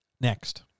Next